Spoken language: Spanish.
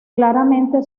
claramente